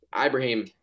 Ibrahim